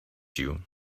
you